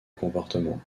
comportement